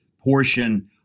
portion